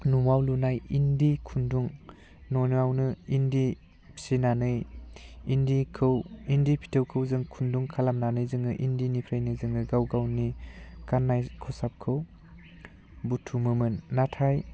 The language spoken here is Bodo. न'आव लुनाय इन्दि खुन्दुं न'आवनो इन्दि फिसिनानै इन्दिखौ इन्दि फिथोबखौ जों खुन्दुं खालामनानै जोङो इन्दिनिफ्रायनो जोङो गाव गावनि गाननाय खसाबखौ बुथुमोमोन नाथाय